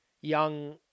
young